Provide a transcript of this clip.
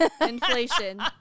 Inflation